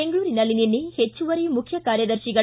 ಬೆಂಗಳೂರಿನಲ್ಲಿ ನಿನ್ನೆ ಹೆಚ್ಚುವರಿ ಮುಖ್ಯ ಕಾರ್ಯದರ್ಶಿಗಳು